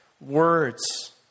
words